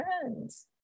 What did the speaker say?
friends